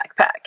backpack